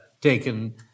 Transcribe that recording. taken